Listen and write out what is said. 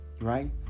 right